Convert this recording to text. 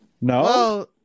No